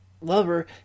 lover